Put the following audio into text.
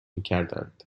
میکردند